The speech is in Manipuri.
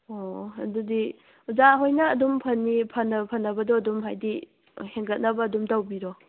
ꯑꯣ ꯑꯗꯨꯗꯤ ꯑꯣꯖꯥ ꯍꯣꯏꯅ ꯑꯗꯨꯝ ꯐꯅꯤ ꯐꯅ ꯐꯅꯕꯗꯣ ꯑꯗꯨꯝ ꯍꯥꯏꯗꯤ ꯍꯦꯟꯒꯠꯅꯕ ꯑꯗꯨꯝ ꯇꯧꯕꯤꯔꯣ